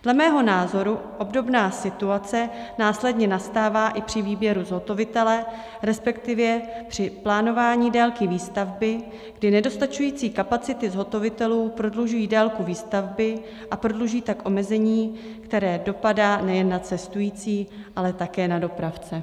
Dle mého názoru obdobná situace následně nastává i při výběru zhotovitele resp. při plánování délky výstavby, kdy nedostačující kapacity zhotovitelů prodlužují délku výstavby, a prodlužují tak omezení, které dopadá nejen na cestující, ale také na dopravce.